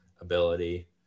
ability